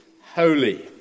holy